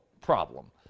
problem